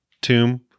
tomb